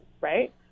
right